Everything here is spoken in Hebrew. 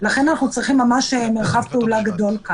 לכן אנחנו צריכים כאן מרחב פעולה גדול.